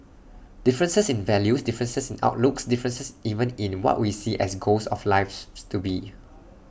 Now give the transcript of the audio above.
differences in values differences in outlooks differences even in what we see as goals of lives to be